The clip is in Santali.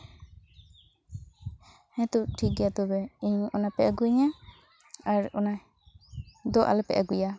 ᱦᱮᱸᱛᱚ ᱴᱷᱤᱠ ᱜᱮᱭᱟ ᱛᱚᱵᱮ ᱤᱧ ᱚᱱᱟ ᱯᱮ ᱟᱹᱜᱩᱣᱟᱹᱧᱟ ᱟᱨ ᱚᱱᱟ ᱫᱚ ᱟᱞᱚᱯᱮ ᱟᱹᱜᱩᱭᱟ